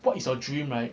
what is your dream right